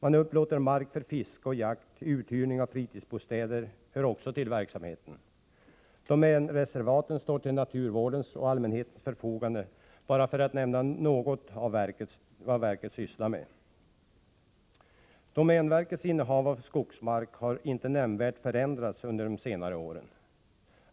Man upplåter mark för fiske och jakt. Uthyrning av fritidsbostäder hör också till verksamheten. Domänreservaten står till naturvårdens och allmänhetens förfogande — för att bara nämna något av vad verket sysslar med. Domänverkets innehav av skogsmark har inte nämnvärt förändrats under de senaste åren.